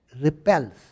repels